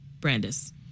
Brandis